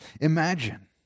imagine